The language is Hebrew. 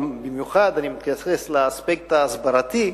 במיוחד אני מתייחס לאספקט ההסברתי,